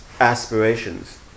aspirations